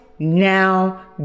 Now